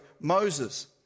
Moses